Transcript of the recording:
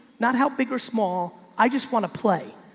not how big or small. i just want to play.